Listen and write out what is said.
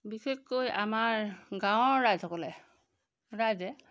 বিশেষকৈ আমাৰ গাঁৱৰ ৰাইজসকলে ৰাইজে